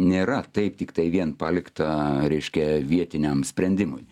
nėra taip tiktai vien palikta reiškia vietiniam sprendimui